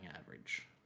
average